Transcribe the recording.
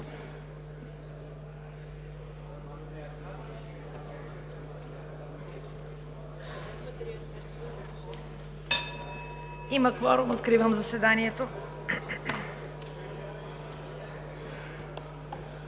Има кворум, откривам заседанието.